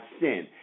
sin